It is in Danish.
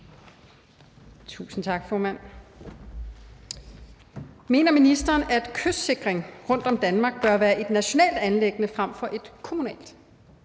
Tusind tak, formand. Mener ministeren, at kystsikring rundt om Danmark bør være et nationalt anliggende frem for et kommunalt?